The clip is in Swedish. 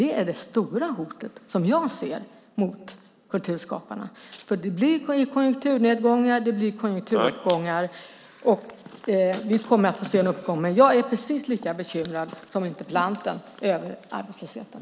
Detta är det stora hotet som jag ser mot kulturskaparna. Det blir konjunkturnedgångar och konjunkturuppgångar. Vi kommer att få se en uppgång, men jag är precis lika bekymrad som interpellanten över arbetslösheten.